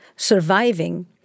surviving